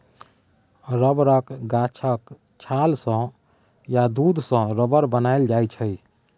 रबरक गाछक छाल सँ या दुध सँ रबर बनाएल जाइ छै